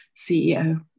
CEO